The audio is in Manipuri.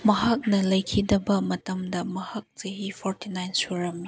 ꯃꯍꯥꯛꯅ ꯂꯩꯈꯤꯗꯕ ꯃꯇꯝꯗ ꯃꯍꯥꯛ ꯆꯍꯤ ꯐꯣꯔꯇꯤ ꯅꯥꯏꯟ ꯁꯨꯔꯝꯃꯤ